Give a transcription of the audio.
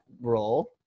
role